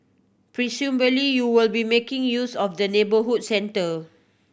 presumably you will be making use of the neighbourhood centre